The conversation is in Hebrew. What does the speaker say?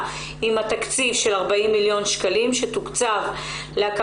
היא תמיד הרבה יותר מורכבת מאיך שהיא משתקפת.